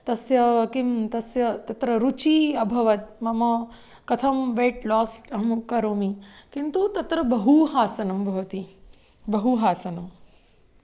तस्य किं तस्य तत्र रुचिः अभवत् मम कथं वेट् लास् अहं करोमि किन्तु तत्र बहुहासनं भवति बहुहासनं